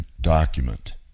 document